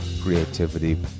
creativity